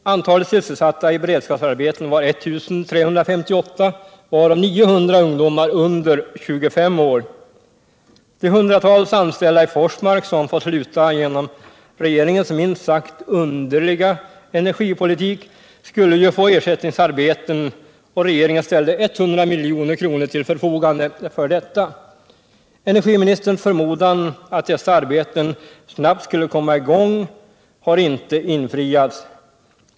Antalet sysselsatta i beredskapsarbeten var 1358, varav 900 ungdomar under 25 år. De hundratals anställda i Forsmark som får sluta på grund av regeringens minst sagt underliga energipolitik skulle ju få ersättningsarbeten, och regeringen ställde 100 milj.kr. till förfogande för detta. Energiministerns förmodan att dessa arbeten snart skulle komma i gång har inte infriats.